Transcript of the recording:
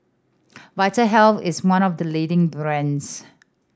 Vitahealth is one of the leading brands